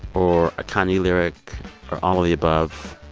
or a kanye lyric or all of the above.